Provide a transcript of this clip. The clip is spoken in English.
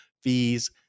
fees